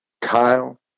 Kyle